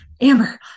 Amber